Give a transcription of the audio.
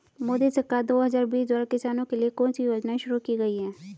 मोदी सरकार दो हज़ार बीस द्वारा किसानों के लिए कौन सी योजनाएं शुरू की गई हैं?